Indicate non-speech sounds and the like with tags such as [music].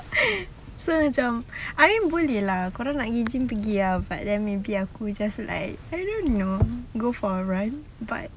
[laughs] so macam I boleh lah korang nak pergi gym pergi lah but then maybe aku just I don't know go for a run but